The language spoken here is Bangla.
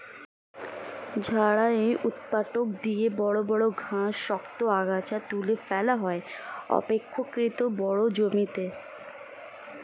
ঝাড়াই ঊৎপাটক দিয়ে বড় বড় ঘাস, শক্ত আগাছা তুলে ফেলা হয় অপেক্ষকৃত বড় জমিতে